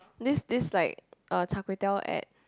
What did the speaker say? this this like uh char-kway-teow at